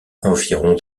environ